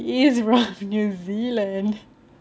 he is from new zealand